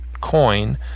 coin